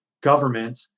government